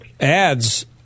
ads